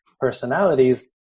personalities